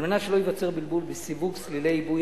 על מנת שלא ייווצר בלבול בסיווג סלילי עיבוי